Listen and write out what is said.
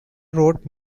wrote